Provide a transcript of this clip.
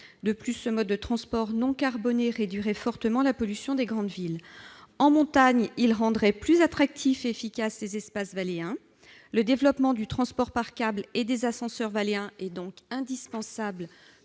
De plus, ce mode de transport non carboné réduirait fortement la pollution des grandes villes. En montagne, il rendrait plus attractifs et efficaces les espaces valléens. Le développement du transport par câbles et des ascenseurs valléens est donc indispensable